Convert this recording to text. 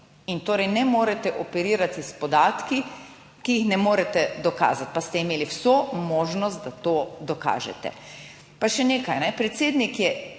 in torej ne morete operirati s podatki, ki jih ne morete dokazati, pa ste imeli vso možnost, da to dokažete. Pa še nekaj, predsednik je